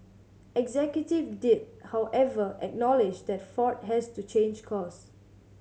executive did however acknowledge that Ford has to change course